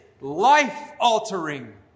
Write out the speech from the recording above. life-altering